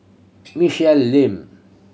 Michelle Lim